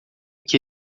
que